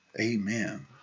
Amen